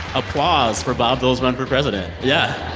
applause for bob dole's run for president yeah,